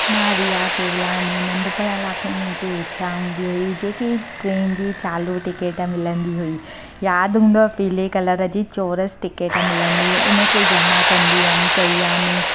मां रिया केवलानी नंढिपणु लाॻो मुंहिंजी इच्छा हूंदी हुई जेकी ट्रेन जी चालू टिकिट मिलंदी हुई यादि हू पीले हूंदव कलर जी चौरस टिकिट मिलंदी हुई उनखे जमा कंदी हुअमि चई आने